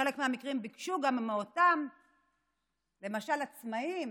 ובחלק מהמקרים, למשל מאותם עצמאים